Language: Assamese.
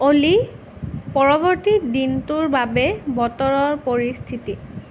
অ'লি পৰৱৰ্তী দিনটোৰ বাবে বতৰৰ পৰিস্থিতি